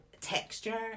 texture